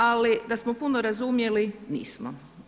Ali da smo puno razumjeli nismo.